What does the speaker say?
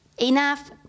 enough